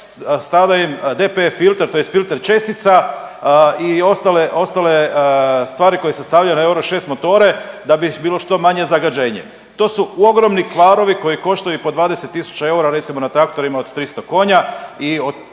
strada im DP filter, tj. filter čestica i ostale stvari koje se stavljaju na euro šest motore da bi bilo što manje zagađenje. To su ogromni kvarovi koji koštaju i po 20 000 eura recimo na traktorima od 300 konja